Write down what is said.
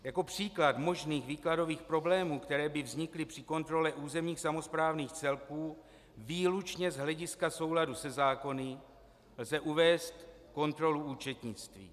Jako příklad možných výkladových problémů, které by vznikly při kontrole územních samosprávných celků výlučně z hlediska souladu se zákony, lze uvést kontrolu účetnictví.